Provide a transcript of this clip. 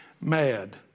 mad